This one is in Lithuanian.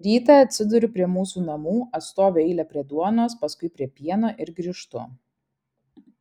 rytą atsiduriu prie mūsų namų atstoviu eilę prie duonos paskui prie pieno ir grįžtu